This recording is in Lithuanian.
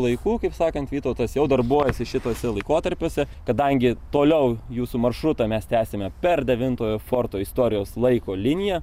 laikų kaip sakant vytautas jau darbuojasi šituose laikotarpiuose kadangi toliau jūsų maršrutą mes tęsime per devintojo forto istorijos laiko liniją